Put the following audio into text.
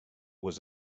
was